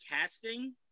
casting